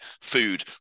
food